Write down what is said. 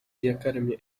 iyakaremye